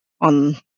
on